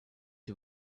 you